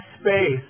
space